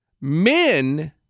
men